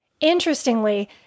Interestingly